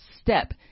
step